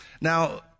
Now